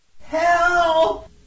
Help